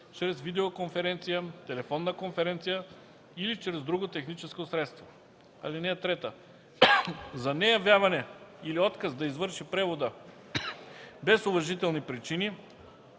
чрез видеоконференция, телефонна конференция или чрез друго техническо средство. (3) За неявяване или отказ да извърши превода без уважителни причини